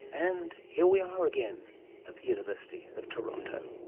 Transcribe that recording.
and here we are again at the university of toronto.